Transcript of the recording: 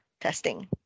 testing